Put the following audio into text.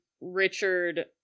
Richard